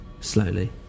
slowly